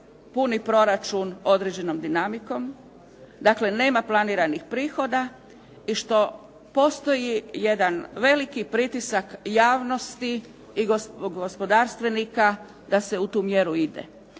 puni proračun određenom dinamikom, dakle nema planiranih prihoda i što postoji jedan veliki pritisak javnosti i gospodarstvenika da se u tu mjeru ide.